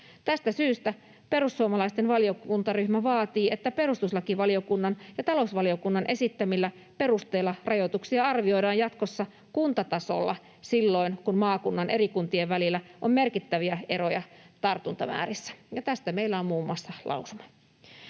Tästä syystä perussuomalaisten valiokuntaryhmä vaatii, että perustuslakivaliokunnan ja talousvaliokunnan esittämillä perusteilla rajoituksia arvioidaan jatkossa kuntatasolla silloin, kun maakunnan eri kuntien välillä on merkittäviä eroja tartuntamäärissä. Ja tästä meillä on muun muassa lausuma.